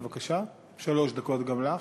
בבקשה, שלוש דקות גם לך.